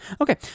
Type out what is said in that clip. Okay